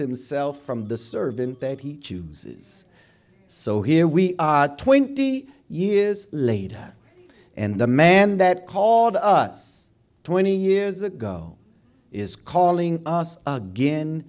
himself from the servant that he chooses so here we twenty years later and the man that called us twenty years ago is calling us again